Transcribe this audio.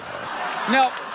Now